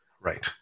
Right